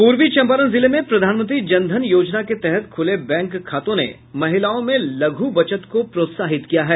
पूर्वी चंपारण जिले में प्रधानमंत्री जनधन योजना के तहत खूले बैंक खातों ने महिलाओं में लघ् बचत को प्रोत्साहित किया है